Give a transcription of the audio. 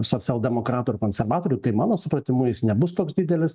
socialdemokratų ir konservatorių tai mano supratimu jis nebus toks didelis